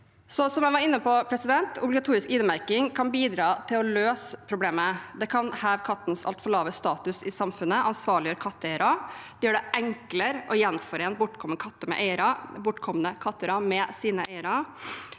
obligatorisk ID-merking bidra til å løse problemet. Det kan heve kattens altfor lave status i samfunnet og ansvarliggjøre katteeiere. Det gjør det enklere å gjenforene bortkomne katter med sine eiere,